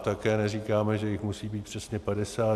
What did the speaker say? Také neříkáme, že jich musí být přesně padesát.